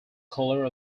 colour